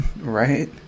Right